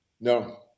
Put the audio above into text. No